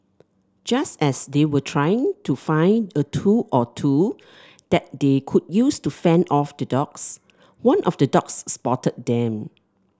just as they were trying to find a tool or two that they could use to fend off the dogs one of the dogs spotted them